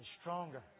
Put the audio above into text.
stronger